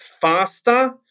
faster